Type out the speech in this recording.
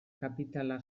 kapitala